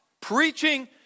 preaching